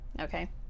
okay